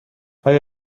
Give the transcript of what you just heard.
آیا